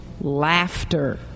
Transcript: Laughter